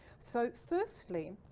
so firstly,